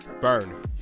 Burn